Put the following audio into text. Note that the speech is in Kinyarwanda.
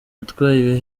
yatwaye